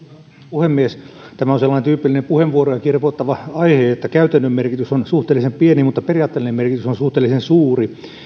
puhemies tämä on sellainen tyypillinen puheenvuoroja kirvoittava aihe että käytännön merkitys on suhteellisen pieni mutta periaatteellinen merkitys on suhteellisen suuri